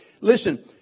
Listen